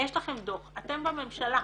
יש לכם דוח, אתם בממשלה,